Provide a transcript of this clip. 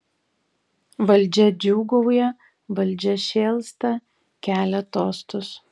valdžia džiūgauja valdžia šėlsta kelia tostus